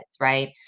Right